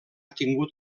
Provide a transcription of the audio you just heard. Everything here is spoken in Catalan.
tingut